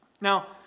Now